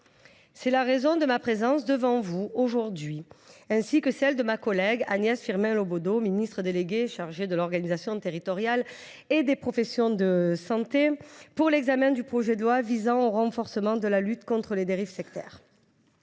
C’est la raison de ma présence devant vous aujourd’hui, avec ma collègue Agnès Firmin Le Bodo, ministre déléguée chargée de l’organisation territoriale et des professions de santé, pour l’examen de ce projet de loi visant à renforcer la lutte contre les dérives sectaires.